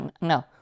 no